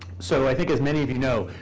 so i think, as many of you know,